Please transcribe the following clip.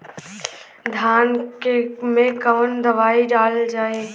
धान मे कवन दवाई डालल जाए?